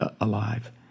alive